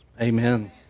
amen